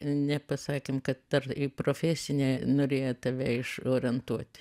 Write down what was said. nepasakėm kad dar į profesinę norėjo tave išorientuot